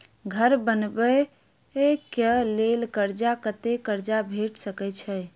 घर बनबे कऽ लेल कर्जा कत्ते कर्जा भेट सकय छई?